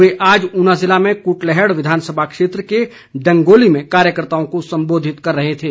वे आज ऊना जिले में कुटलैहड़ विधानसभा क्षेत्र के डंगोली में कार्यकर्ताओं को संबोधित कर रहे थे